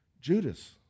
Judas